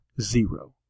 Zero